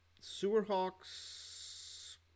Sewerhawks